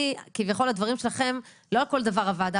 כביכול הדברים שלכם לא כל דבר הוועדה